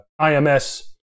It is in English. IMS